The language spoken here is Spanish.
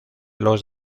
los